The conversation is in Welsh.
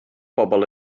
bobl